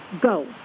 go